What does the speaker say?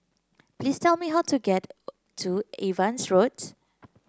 please tell me how to get to Evans Road